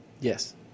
yes